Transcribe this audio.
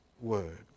word